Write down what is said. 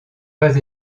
pas